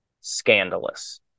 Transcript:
scandalous